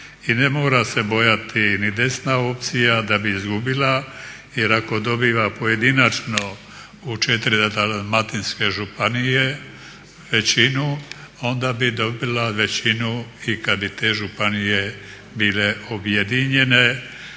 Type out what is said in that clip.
I ne mora se bojati ni desna opcija da bi izgubila jer ako dobiva pojedinačno u 4 dalmatinske županije većinu onda bi dobila većinu i kad bi te županije bile objedinjene,